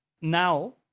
Now